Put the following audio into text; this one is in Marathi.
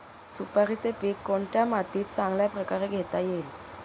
सुपारीचे पीक कोणत्या मातीत चांगल्या प्रकारे घेता येईल?